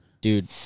Dude